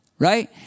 right